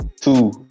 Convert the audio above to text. two